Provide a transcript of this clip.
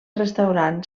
restaurant